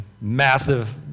massive